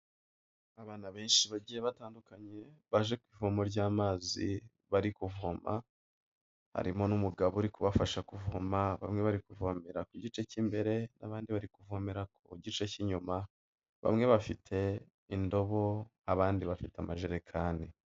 Abana benshi bagiye batandukanye baje ku ivomo ry'amazi bari kuvoma, harimo n'umugabo uri kubafasha kuvoma, bamwe bari kuvomera ku gice cy'imbere n'abandi bari kuvomera ku gice cy'inyuma, bamwe bafite indobo, abandi bafite amajerekani.